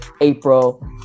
April